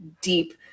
deep